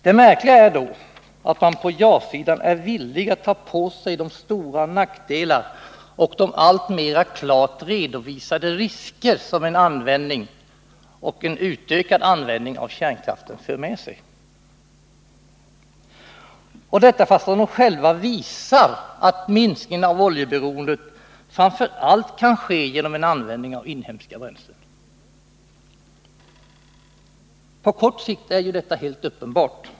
Det märkliga är då att man på ja-sidan är villig att ta på sig de stora nackdelar och de alltmer klart redovisade risker som en utökad användning av kärnkraften för med sig fastän de själva visar att minskningen av oljeberoendet framför allt kan ske genom en användning av inhemska bränslen. På kort sikt är ju detta helt uppenbart.